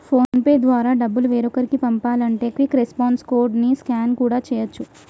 phone pay ద్వారా డబ్బులు వేరొకరికి పంపాలంటే క్విక్ రెస్పాన్స్ కోడ్ ని స్కాన్ కూడా చేయచ్చు